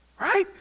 Right